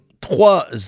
trois